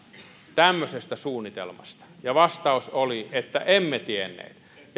tämmöisestä suunnitelmasta ja vastaus oli että emme tienneet